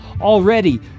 Already